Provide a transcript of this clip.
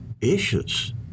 issues